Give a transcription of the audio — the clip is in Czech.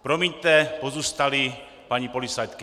Promiňte, pozůstalí paní policistky.